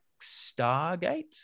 Stargate